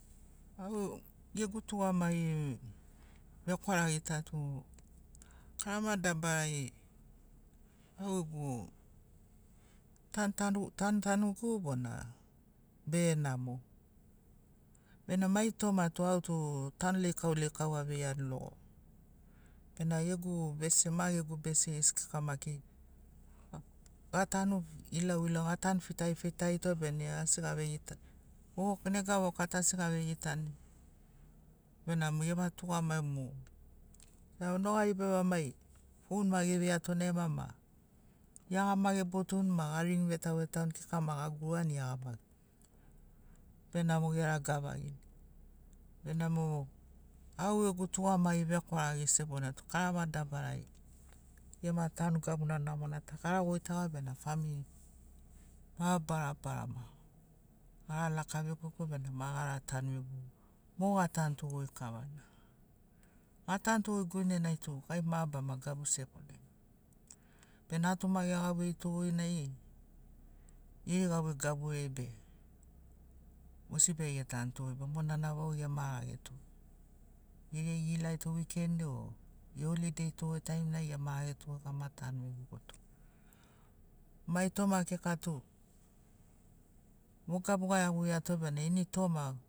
Au gegu tugamagi vekwaragi ta tu karama dabarai au gegu tantanu tantanugu bona be namo bena mai toma tu autu tanu leikau leikau aveiani logo bena gegu bese ma gegu bese gesi kika maki gatanu ilauilau atanu fitarifitarito bena asi gavegitani vo nega vovoka tu asi gavegitani benamo gema tugamagi mo noga ribariba mai fon ma eveiato nai ma ma iagama ebotuni ma aring vetauvetauni kika ma agurugani iagama benamo eragavagini benamo au gegu tugamagi vekwaragi sebona tu karama dabarai gema tanu gabuna namona ta gara goitagoa bena famiri mabarabarama gara laka vegogo bena ma gara tanu vegogo mo gatanuto goi kavana gatanto guinenai tu gai mabarama gabu sebonai bena natuma egauveito goi nai geri gauvei gaburiai be mosibi ai etanto monana vau emarageto geri ilailato wiken o eholideito taimiriai emarageto ama tanu vegogoto mai toma kika tu mo gabu gaeaguiato bena ini toma